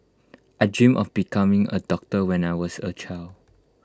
I dreamt of becoming A doctor when I was A child